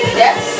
yes